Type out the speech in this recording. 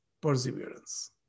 perseverance